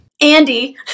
Andy